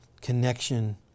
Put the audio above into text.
connection